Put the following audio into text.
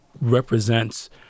represents